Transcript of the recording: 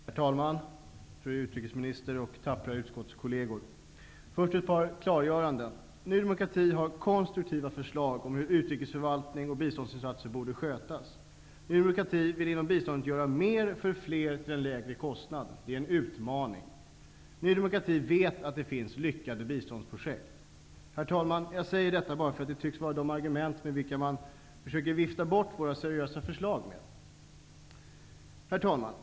Herr talman! Fru utrikesminister och tappra utskottskolleger! Först ett par klargöranden. Ny demokrati har konstruktiva förslag om hur utrikesförvaltning och biståndsinsatser borde skötas. Ny demokrati vill inom biståndet göra mer för fler till en lägre kostnad. Detta är en utmaning. Ny demokrati vet att det finns lyckade biståndsprojekt. Jag säger detta, eftersom det tycks vara de argument med vilka man försöker vifta bort våra seriösa förslag. Herr talman!